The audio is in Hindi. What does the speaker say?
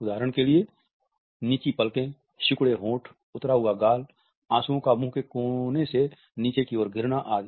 उदाहरण के लिए नीची पलकें सिकुड़े होंठ उतरा हुआ गाल आँसुओं का मुँह के कोने से नीचे की ओर गिरना आदि